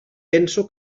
penso